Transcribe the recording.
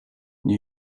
nie